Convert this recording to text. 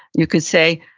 you could say,